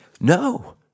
No